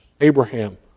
Abraham